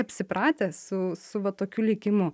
apsipratę su su va tokiu likimu